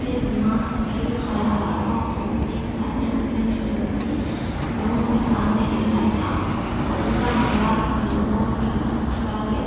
اپنے دماغ کی خیالاتوں کو ایک سائلنٹ میسیج کے ذریعے لوگوں کے سامنے لیتا تھا موجودہ حالات میں لوگوں کی اکثریت